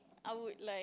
I would like